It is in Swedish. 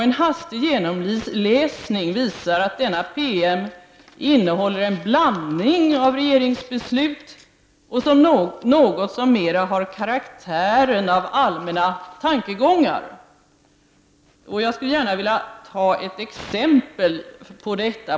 En hastig genomläsning visar att denna promemoria innehåller en blandning av regeringsbeslut och något som mera har karaktären av allmänna tankegångar. Jag skulle gärna vilja ta ett exempel på detta.